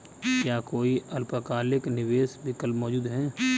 क्या कोई अल्पकालिक निवेश विकल्प मौजूद है?